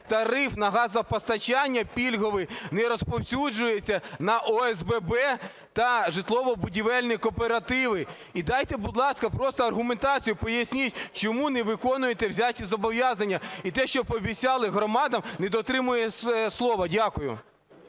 тариф на газопостачання пільговий не розповсюджується на ОСББ та житлово-будівельні кооперативи. І дайте, будь ласка, просто аргументацію, поясніть, чому не виконуєте взяті зобов'язання, і те, що пообіцяли громадам, не дотримуєтесь слова? Дякую.